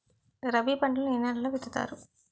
రబీ పంటలను ఏ నెలలో విత్తుతారు?